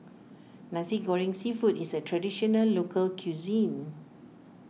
Nasi Goreng Seafood is a Traditional Local Cuisine